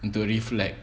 untuk reflect